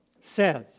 says